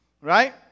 Right